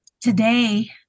today